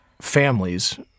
families